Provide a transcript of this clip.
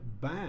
back